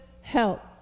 help